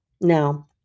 Now